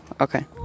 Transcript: Okay